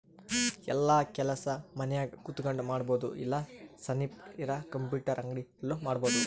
ಯೆಲ್ಲ ಕೆಲಸ ಮನ್ಯಾಗ ಕುಂತಕೊಂಡ್ ಮಾಡಬೊದು ಇಲ್ಲ ಸನಿಪ್ ಇರ ಕಂಪ್ಯೂಟರ್ ಅಂಗಡಿ ಅಲ್ಲು ಮಾಡ್ಬೋದು